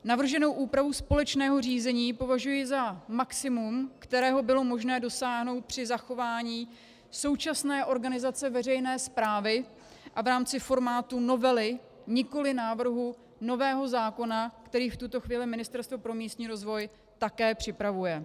Navrženou úpravu společného řízení považuji za maximum, kterého bylo možné dosáhnout při zachování současné organizace veřejné správy a v rámci formátu novely, nikoliv návrhu nového zákona, který v tuto chvíli Ministerstvo pro místní rozvoj také připravuje.